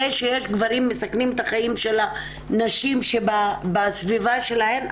זה שיש גברים שמסכנים את החיים של הנשים אנחנו יודעים.